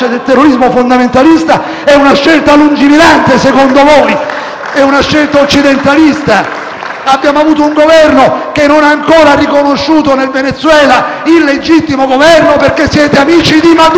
Abbiamo un Governo che non ha ancora riconosciuto in Venezuela il legittimo Governo perché siete amici di Maduro, gli ultimi castristi del mondo seduti su quei banchi. Che vergogna!